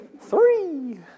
three